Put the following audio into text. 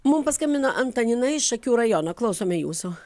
mum paskambino antanina iš šakių rajono klausome jūsų